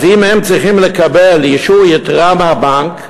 אז אם הם צריכים לקבל אישור יתרה מהבנק,